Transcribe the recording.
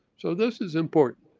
so this is important.